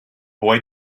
boy